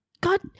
God